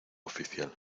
oficial